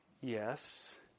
Yes